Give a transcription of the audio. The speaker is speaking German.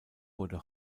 wurde